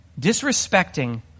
disrespecting